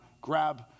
grab